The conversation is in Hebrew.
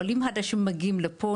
עולים חדשים מגיעים לפה,